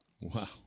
Wow